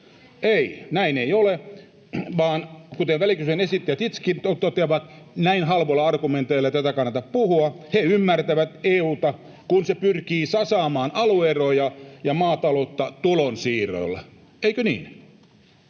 ei, näin ei ole, vaan kuten välikysymyksen esittäjät itsekin toteavat, näin halvoilla argumenteilla tästä ei kannata puhua. He ymmärtävät EU:ta, kun se pyrkii tasaamaan alue-eroja [Leena Meri: Ylimielistä!] ja maataloutta tulonsiirroilla. Eikö niin?